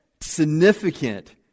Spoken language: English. significant